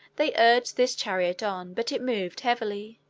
they urged this chariot on, but it moved heavily.